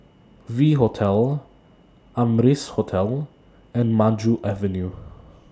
V Hotel Amrise Hotel and Maju Avenue